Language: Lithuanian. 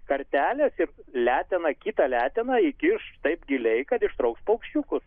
kartelės ir leteną kitą leteną įkiš taip giliai kad ištrauks paukščiukus